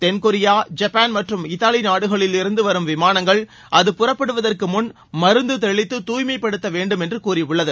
தென்கொரியா ஜப்பான் மற்றும் இத்தாலி நாடுகளிலிருந்து வரும் விமானங்கள் அத புறப்படுவதற்கு முன் மருந்து தெளித்து தூய்மை படுத்த வேண்டும் என்று கூறியுள்ளது